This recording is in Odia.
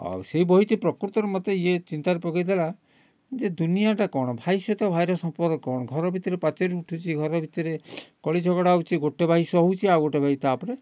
ଆଉ ସେଇ ବହିଟି ପ୍ରକୃତରେ ମୋତେ ଏଇ ଚିନ୍ତାରେ ପକେଇ ଦେଲା ଯେ ଦୁନିଆଟା କ'ଣ ଭାଇ ସହିତ ଭାଇର ସମ୍ପର୍କ କ'ଣ ଘର ଭିତରେ ପାଚେରୀ ଉଠୁଛି ଘର ଭିତରେ କଳି ଝଗଡ଼ା ହେଉଛି ଗୋଟେ ଭାଇ ସହୁଛି ଆଉ ଗୋଟେ ଭାଇ ତା ଉପରେ